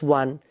one